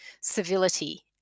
civility